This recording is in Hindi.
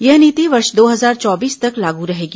यह नीति वर्ष दो हजार चौबीस तक लागू रहेगी